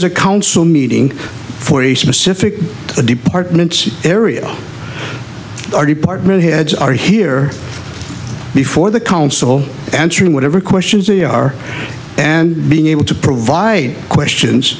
's a council meeting for a specific departments area or department heads are here before the council answering whatever questions they are and being able to provide questions